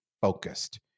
focused